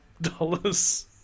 dollars